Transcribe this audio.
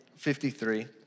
53